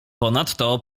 ponadto